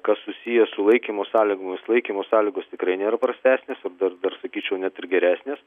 kas susiję su laikymo sąlygomis laikymo sąlygos tikrai nėra prastesnės ir dar dar sakyčiau net ir geresnės